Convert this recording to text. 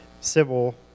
civil